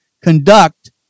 conduct